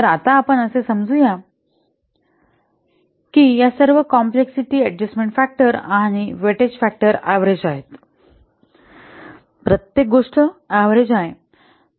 तर आता आपण असे समजू या की सर्व कॉम्प्लेक्सिटी अडजस्टमेन्ट फॅक्टर आणिवेटेज फॅक्टर ऍव्हरेज आहेत प्रत्येक गोष्ट ऍव्हरेज आहे